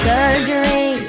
Surgery